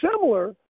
similar